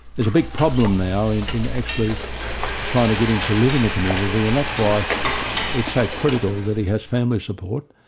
there's a big problem now in in actually trying to get him to live in the community and that's why it's so ah critical that he has family support.